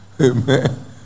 Amen